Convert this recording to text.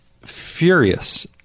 furious